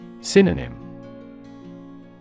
Synonym